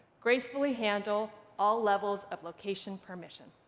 gracefully handle all levels of location permission.